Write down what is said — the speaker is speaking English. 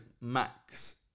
Max